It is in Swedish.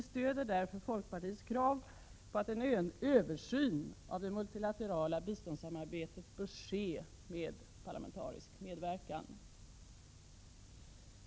Vi stöder därför folkpartiets krav på att en översyn av det multilaterala biståndssamarbetet bör ske med parlamentarisk medverkan.